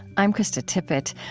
i'm krista tippett.